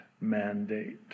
mandate